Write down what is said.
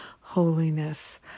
holiness